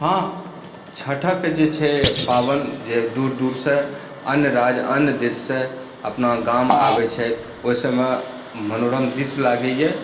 हँ छठिक जे छै पाबनि जे दूर दूरसे अन्य राज्य अन्य देशसॅं अपना गाम आबैत छथि ओहिसभमे मनोरम दृश्य लागैया